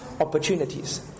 Opportunities